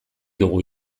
dugu